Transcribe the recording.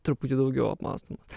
truputį daugiau apmąstomos